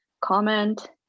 comment